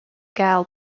kyle